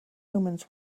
omens